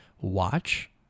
watch